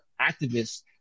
activists